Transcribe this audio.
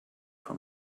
from